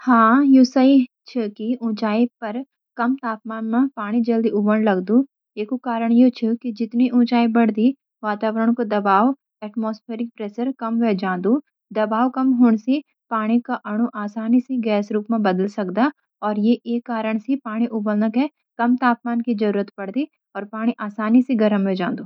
हां, यो सही ह्वे कि ऊँचाई पर कम तापमान में पानी जल्दी उबलने लग्द। इसका कारण ह्वे कि जितनी ऊँचाई बढ़ती, वतावरण का दबाव (एटमॉस्फेरिक प्रेशर) कम हो जाता ह्वे। दबाव कम होने से पानी के अणु आसानी से गैस रूप में बदल सक्ते हैं, और इसी कारण पानी उबालने के लिए कम तापमान की जरूरत पड़ती ह्वे। इसलिए पहाड़ों में पानी सौ °C से पहले उबलन लग जाता ह्वे।